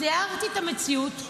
תיארתי את המציאות,